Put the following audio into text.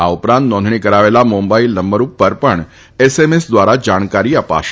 આ ઉપરાંત નોંધણી કરાવેલા મોબાઈલ નંબર ઉપર પણ એસએમએસ દ્વારા જાણકારી અપાશે